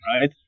right